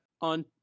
on